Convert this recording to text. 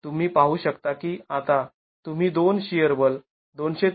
तुम्ही पाहू शकता की आता तुम्ही दोन शिअर बल २५३